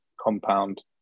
compound